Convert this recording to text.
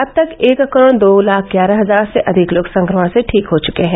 अब तक एक करोड़ दो लाख ग्यारह हजार से अधिक लोग संक्रमण से ठीक हो चुके हैं